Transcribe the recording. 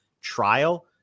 trial